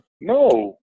No